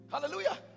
Hallelujah